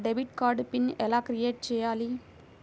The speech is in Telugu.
డెబిట్ కార్డు పిన్ ఎలా క్రిఏట్ చెయ్యాలి?